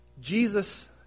Jesus